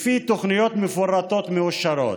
לפי תוכניות מפורטות מאושרות.